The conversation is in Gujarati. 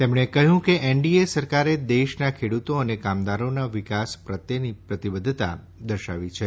તેમણે કહ્યું કે એનડીએ સરકારે દેશના ખેડુતો અને કામદારોના વિકાસ પ્રત્યેની પ્રતિબદ્ધતા દર્શાવી છે